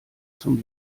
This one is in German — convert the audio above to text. zum